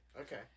Okay